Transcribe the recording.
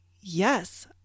yes